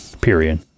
period